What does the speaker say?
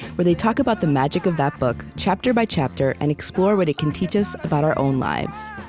where they talk about the magic of that book, chapter by chapter, and explore what it can teach us about our own lives.